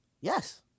Yes